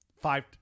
five